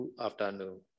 afternoon